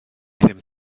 ddim